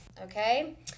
Okay